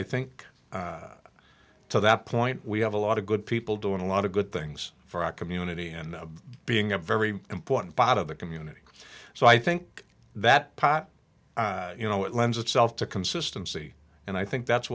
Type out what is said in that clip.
i think to that point we have a lot of good people doing a lot of good things for our community and being a very important part of the community so i think that pot you know it lends itself to consistency and i think that's